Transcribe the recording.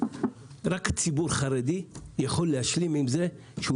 רק ציבור חרדי יכול להשלים עם זה שהוא